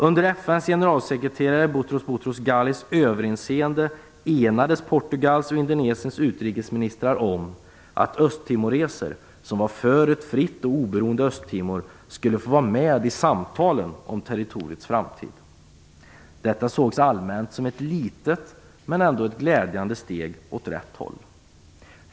Under FN:s generalsekreterare Boutros Boutros Ghalis överinseende enades Portugals och Indonesiens utrikesministrar om att östtimoreser som var för ett fritt och oberoende Östtimor skulle få vara med i samtalen om territoriets framtid. Detta sågs allmänt som ett litet men ändå glädjande steg åt rätt håll.